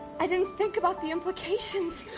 i didn't think about the implications.